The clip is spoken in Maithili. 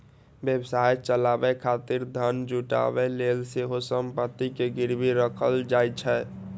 व्यवसाय चलाबै खातिर धन जुटाबै लेल सेहो संपत्ति कें गिरवी राखल जाइ छै